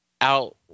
out